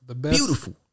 Beautiful